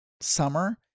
summer